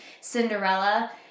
Cinderella